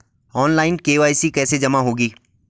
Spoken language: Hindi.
ऑनलाइन के.वाई.सी कैसे जमा होगी?